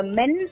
men